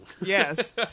Yes